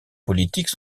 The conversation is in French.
politiques